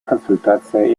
консультации